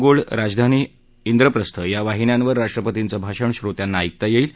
gold राजधानी व्रेप्रस्थ या वाहिन्यांवर राष्ट्रपतींचं भाषण श्रोत्यांना ऐकता येईल